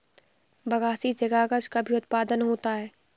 बगासी से कागज़ का भी उत्पादन होता है